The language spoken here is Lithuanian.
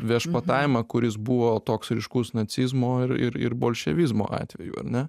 viešpatavimą kuris buvo toks ryškus nacizmo ir ir ir bolševizmo atveju ar ne